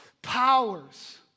powers